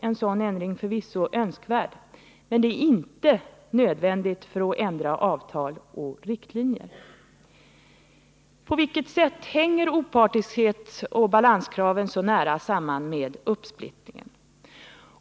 En sådan ändring är förvisso önskvärd men inte nödvändig för att ändra avtal och riktlinjer. På vilket sätt hänger opartiskhetsoch balanskravet så nära samman med uppsplittringen?